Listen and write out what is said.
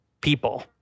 people